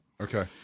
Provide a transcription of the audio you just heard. Okay